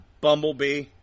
Bumblebee